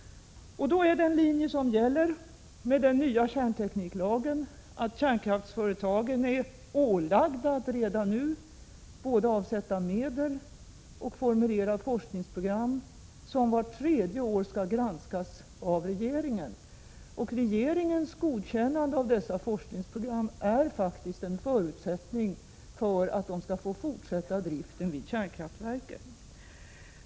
Då är den linje som gäller enligt den nya kärntekniklagen, att kärnkraftsföretagen är ålagda att redan nu både avsätta medel och formulera forskningsprogram som vart tredje år skall granskas av regeringen. Regeringens godkännande av dessa forskningsprogram är faktiskt en förutsättning för att man skall få fortsätta driften vid kärnkraftverken.